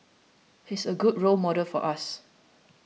he's a good role model for us